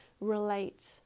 relate